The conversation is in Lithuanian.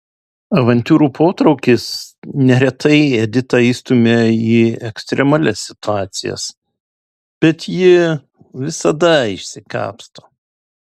avantiūrų potraukis neretai editą įstumia į ekstremalias situacijas bet ji visada išsikapsto